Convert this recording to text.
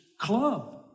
club